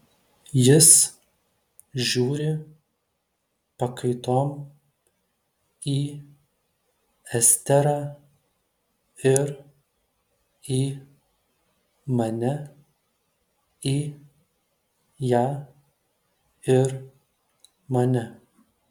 jis žiūri pakaitom į esterą ir į mane į ją ir mane